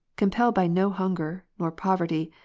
compelled by no hunger, nor poverty,